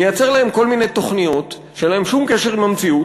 נייצר להם כל מיני תוכניות שאין להן שום קשר עם המציאות,